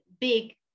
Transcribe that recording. big